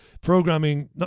programming